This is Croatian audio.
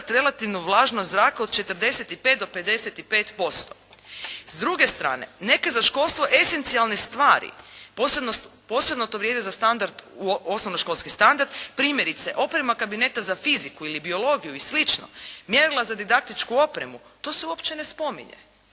relativnu vlažnost zraka od 45 do 55%. S druge strane, neke za školstvo esencijalne stvari, posebno to vrijedi za osnovnoškolski standard, primjerice, oprema kabineta za fiziku ili biologiju i slično, mjerila za didaktičku opremu. To se uopće ne spominje,